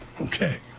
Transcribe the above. Okay